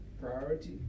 priority